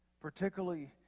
particularly